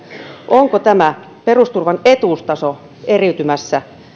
onko tämä perusturvan etuustaso eriytymässä